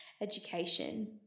education